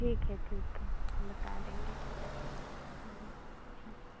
ठीक है ठीक है बता देंगें ठीक है